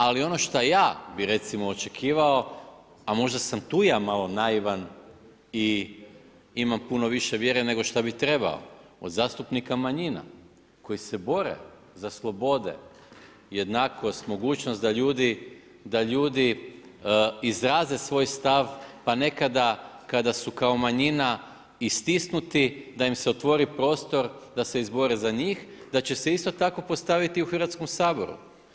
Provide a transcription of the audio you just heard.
Ali ono što ja bih recimo očekivao, a možda sam tu ja malo naivan i imam puno više vjere nego šta bi trebao od zastupnika manjina koji se bore za slobode, jednakost, mogućnost da ljudi izraze svoj stav, pa nekada kada su kao manjina istisnuti da im se otvori prostor da se izbore za njih, da će se isto tako postaviti i u Hrvatskom saboru.